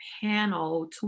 panel